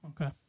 Okay